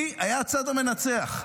היה: הצד המנצח.